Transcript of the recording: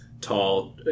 tall